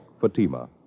Fatima